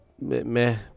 Meh